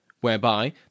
whereby